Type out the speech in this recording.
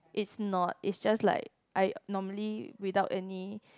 it's not is just like I normally without any